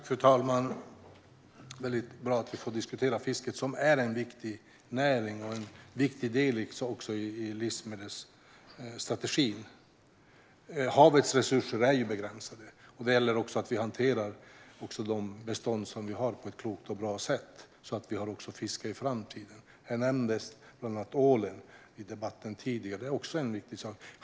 Fru talman! Det är bra att vi får diskutera fisket, som är en viktig näring och en viktig del i livsmedelsstrategin. Havets resurser är begränsade, och det gäller att vi hanterar de bestånd vi har på ett klokt och bra sätt så att vi har fiske också i framtiden. Ålen nämndes tidigare i debatten.